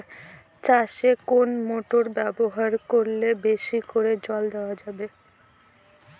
চাষে কোন মোটর ব্যবহার করলে বেশী করে জল দেওয়া যাবে?